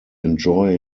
enjoy